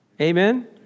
Amen